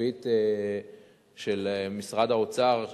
מהריבית של משרד האוצר,